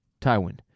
Tywin